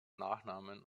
nachnamen